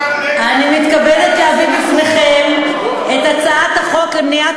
אני מתכבדת להביא בפניכם את הצעת החוק למניעת